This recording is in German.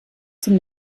zum